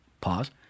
pause